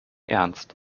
ernst